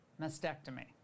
mastectomy